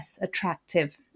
attractive